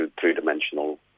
three-dimensional